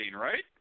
right